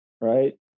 right